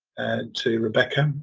to rebecca.